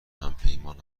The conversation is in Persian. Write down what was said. همپیمان